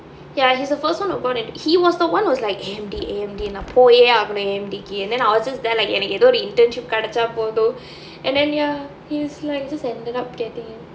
ya he's the first one who got an he was the [one] who was like A_M_D A_M_D போயே ஆகனும்:poyae aaganum M_D then I was just there like எனக்கு எதாச்சும்:enakku ethaachum internship கிடச்சா போதும்:kidachaa pothum and then ya he was like just ended up getting it